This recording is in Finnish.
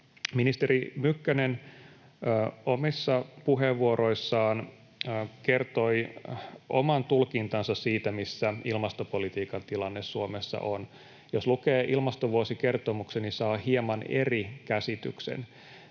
Ministeri Mykkänen omissa puheenvuoroissaan kertoi oman tulkintansa siitä, missä ilmastopolitiikan tilanne Suomessa on. Jos lukee ilmastovuosikertomuksen, niin saa hieman eri käsityksen.